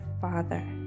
Father